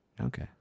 okay